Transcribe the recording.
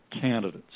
candidates